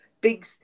big